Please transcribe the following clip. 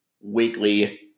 weekly